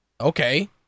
okay